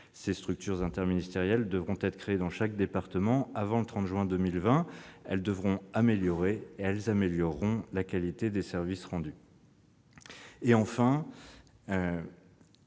Ces structures interministérielles devront être créées dans chaque département avant le 30 juin 2020. Elles amélioreront la qualité des services rendus. Les